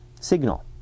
signal